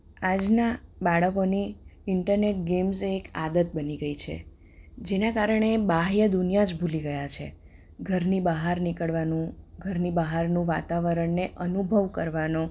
આજનાં બાળકોની internet games એક આદત બની ગઈ છે જેનાં કારણે બાહ્ય દુનિયા જ ભૂલી ગયાં છે ઘરની બહાર નીકળવાનું ઘરની બહારનું વાતાવરણને અનુભવ કરવાનો